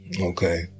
okay